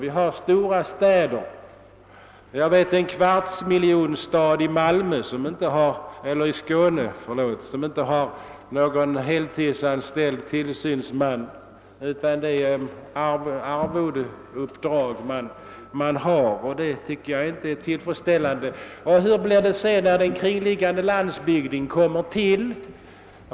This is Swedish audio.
I Skåne finns en kvartsmiljonstad som inte har någon heltidsanställd tillsynsman utan endast personer med arvodesuppdrag, och det tycker jag inte är tillfredsställande. Hur blir det sedan, när den kringliggande landsbygden kommer till?